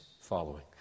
following